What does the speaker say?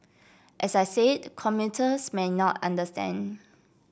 as I said commuters may not understand